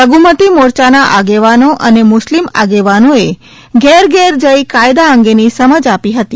લધુમતી મોરચાના આગેવાનો અને મુસ્લિમ આગેવાનોએ ઘેરઘેર જઇ કાયદા અંગેની સમજ આપી હતી